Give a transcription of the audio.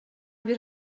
бир